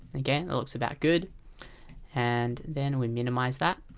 and yeah looks about good and then we minimize that.